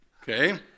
Okay